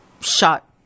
shot